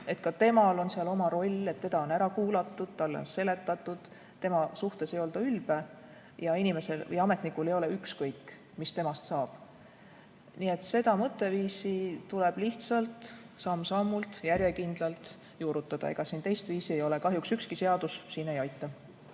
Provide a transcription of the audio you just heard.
et ka temal on seal oma roll, et teda on ära kuulatud, talle on seletatud, tema suhtes ei olda ülbe ja ametnikul ei ole ükskõik, mis temast saab. Nii et seda mõtteviisi tuleb lihtsalt samm-sammult, järjekindlalt juurutada, ega siin teist viisi ei ole. Kahjuks ükski seadus siin ei aita.